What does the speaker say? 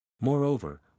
Moreover